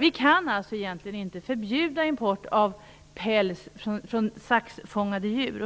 Vi kan alltså egentligen inte förbjuda import av päls från saxfångade djur.